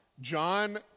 John